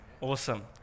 Awesome